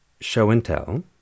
show-and-tell